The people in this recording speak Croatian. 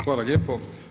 Hvala lijepo.